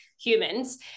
humans